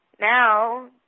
Now